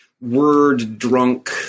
word-drunk